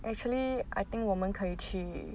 actually I think 我们可以去